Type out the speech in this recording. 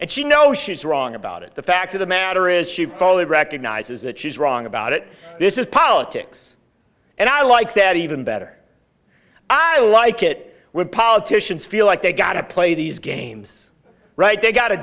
and she know she's wrong about it the fact of the matter is she fully recognizes that she's wrong about it this is politics and i like that even better i like it when politicians feel like they've got to play these games right they've got